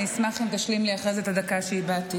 אני אשמח אם תשלים לי אחר כך את הדקה שאיבדתי,